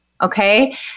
Okay